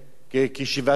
כישיבת הסדר.